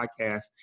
podcast